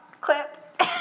Clip